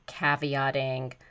caveating